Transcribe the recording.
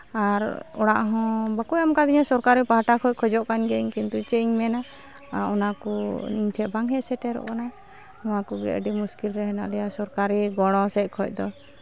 ᱟᱨ ᱚᱲᱟᱜ ᱦᱚᱸ ᱵᱟᱠᱚ ᱮᱢ ᱠᱟᱣᱫᱤᱧᱟ ᱥᱚᱨᱠᱟᱨᱤ ᱯᱟᱦᱚᱴᱟ ᱠᱷᱚᱡ ᱠᱷᱚᱡᱚᱜ ᱠᱟᱱ ᱜᱤᱭᱟᱹᱧ ᱠᱤᱱᱛᱩ ᱪᱮᱫ ᱤᱧ ᱢᱮᱱᱟ ᱚᱱᱟ ᱠᱚ ᱤᱧ ᱴᱷᱮᱡ ᱵᱟᱝ ᱦᱮᱡ ᱥᱮᱴᱮᱨᱚᱜ ᱠᱟᱱᱟ ᱱᱚᱣᱟ ᱠᱚᱜᱮ ᱟᱹᱰᱤ ᱢᱩᱥᱠᱤᱞ ᱨᱮ ᱦᱮᱱᱟᱜ ᱞᱮᱭᱟ ᱥᱚᱨᱠᱟᱨᱤ ᱜᱚᱲᱚ ᱥᱮᱡ ᱠᱷᱚᱡ ᱫᱚ